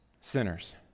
Sinners